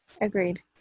agreed